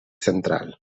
central